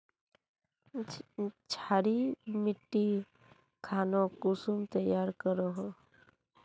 क्षारी मिट्टी खानोक कुंसम तैयार करोहो?